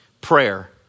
Prayer